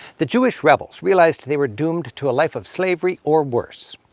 the jewish rebels realized they were doomed to a life of slavery or worse,